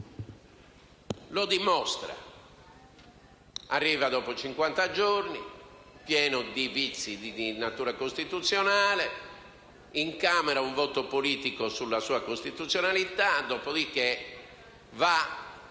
lo dimostra: arriva dopo 50 giorni, pieno di vizi di natura costituzionale; incamera un voto politico sulla sua costituzionalità; dopo di che va